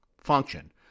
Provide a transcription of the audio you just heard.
function